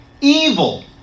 evil